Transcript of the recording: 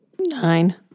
Nine